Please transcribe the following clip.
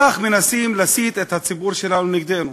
כך מנסים להסית את הציבור שלנו נגדנו,